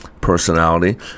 personality